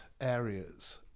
areas